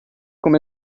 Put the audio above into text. come